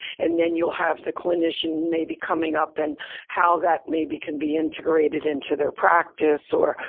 and then you'll have the clinician maybe coming up and how that maybe can be integrated into their practice or,